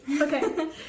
Okay